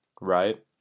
right